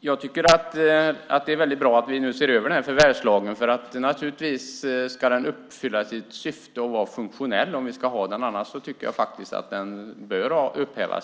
Jag tycker att det är väldigt bra att vi ser över förvärvslagen. Naturligtvis ska den uppfylla sitt syfte och vara funktionell om vi ska ha den. Annars tycker jag faktiskt att den bör upphävas.